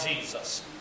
Jesus